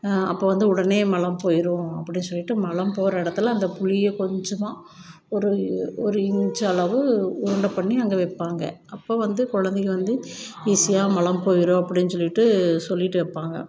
அப்போ வந்து உடனே மலம் போயிடும் அப்படின்னு சொல்லிவிட்டு மலம் போகிற இடத்துல அந்த புளியை கொஞ்சமாக ஒரு ஒரு இஞ்ச் அளவு உருண்டை பண்ணி அங்கே வப்பாங்க அப்போ வந்து குழந்தைங்க வந்து ஈஸியாக மலம் போயிடும் அப்படின்னு சொல்லிவிட்டு சொல்லிவிட்டு வப்பாங்க